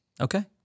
Okay